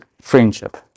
friendship